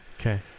Okay